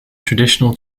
traditional